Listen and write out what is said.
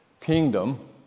Kingdom